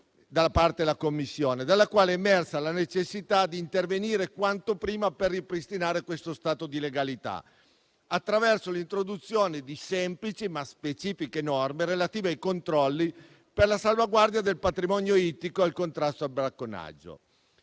da parte della Commissione, dalle quali è emersa la necessità di intervenire quanto prima per ripristinare lo stato di legalità, attraverso l'introduzione di semplici ma specifiche norme relative ai controlli per la salvaguardia del patrimonio ittico e al contrasto al bracconaggio.